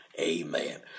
Amen